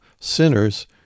sinners